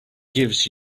gives